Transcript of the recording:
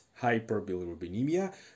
hyperbilirubinemia